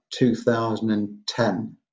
2010